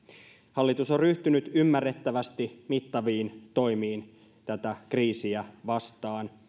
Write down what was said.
hallitus on ryhtynyt ymmärrettävästi mittaviin toimiin tätä kriisiä vastaan